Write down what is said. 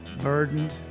burdened